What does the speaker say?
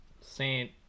Saint